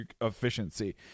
efficiency